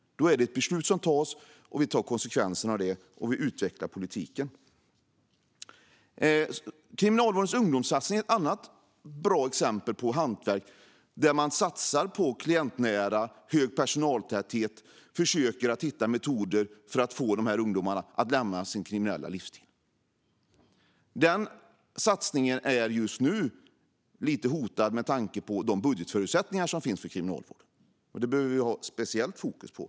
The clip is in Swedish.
Ett beslut tas, och vi drar konsekvenserna av det och utvecklar politiken. Kriminalvårdens ungdomssatsning är ett annat bra exempel på hantverk. Man satsar på att vara klientnära, ha hög personaltäthet och försöker hitta metoder för att få dessa ungdomar att lämna sin kriminella livsstil. Denna satsning är just nu något hotad med tanke på de budgetförutsättningar som finns för kriminalvård. Detta behöver vi ha ett speciellt fokus på.